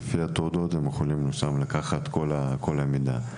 והם יכולים לקחת את כל המידע מהתעודות.